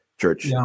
church